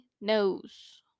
knows